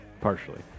partially